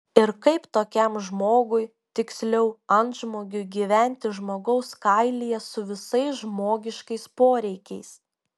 ir kaip tokiam žmogui tiksliau antžmogiui gyventi žmogaus kailyje su visais žmogiškais poreikiais